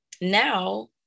Now